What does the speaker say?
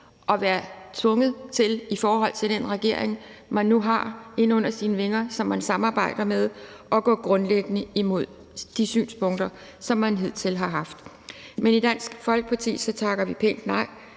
og være tvunget til i den regering, man nu har under sine vinger og samarbejder med, at gå grundlæggende imod de synspunkter, som man hidtil har haft. I Dansk Folkeparti takker vi pænt nej